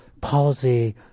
policy